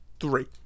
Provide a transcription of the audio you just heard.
Three